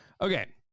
Okay